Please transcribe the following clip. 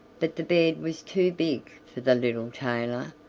but the bed was too big for the little tailor,